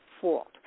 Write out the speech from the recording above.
fault